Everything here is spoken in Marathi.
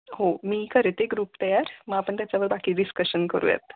हो मी करते ग्रुप तयार मग आपण त्याच्यावर बाकी डिस्कशन करूयात